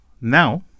now